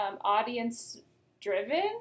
audience-driven